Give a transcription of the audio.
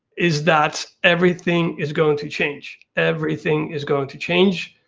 is that everything is going to change. everything is going to change.